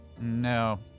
No